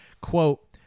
quote